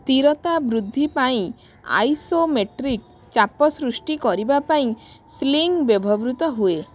ସ୍ଥିରତା ବୃଦ୍ଧି ପାଇଁ ଆଇସୋମେଟ୍ରିକ୍ ଚାପ ସୃଷ୍ଟି କରିବା ପାଇଁ ସ୍ଲିଙ୍ଗ୍ ବ୍ୟବହୃତ ହୁଏ